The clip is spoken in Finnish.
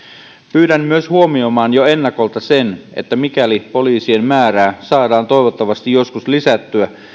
pyydän myös huomioimaan jo ennakolta sen että mikäli poliisien määrää saadaan toivottavasti joskus lisättyä